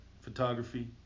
photography